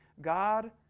God